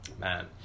man